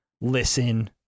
listen